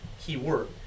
keyword